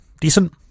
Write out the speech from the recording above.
decent